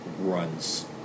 runs